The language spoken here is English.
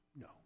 No